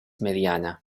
mediana